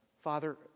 Father